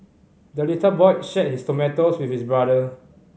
the little boy shared his tomato with his brother